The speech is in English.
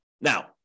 Now